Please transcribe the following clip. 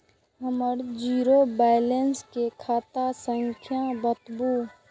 हमर zero balance के खाता संख्या बतबु?